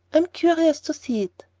am curious to see it.